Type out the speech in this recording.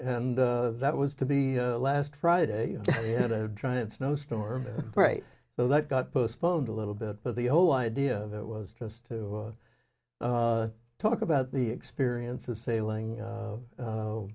and that was to be the last friday you had a giant snowstorm right so that got postponed a little bit but the whole idea of it was just to talk about the experience of sailing